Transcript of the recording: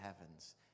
heavens